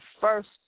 first